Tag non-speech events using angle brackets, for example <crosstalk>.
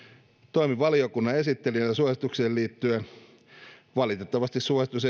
toimin valiokunnan esittelijänä suositukseen liittyen valitettavasti suositus <unintelligible>